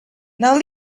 now